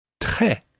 Très